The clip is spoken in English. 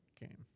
game